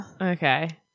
okay